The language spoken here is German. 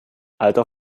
alter